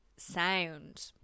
sound